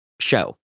show